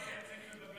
סירבה לייצג בבג"ץ,